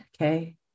okay